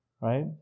right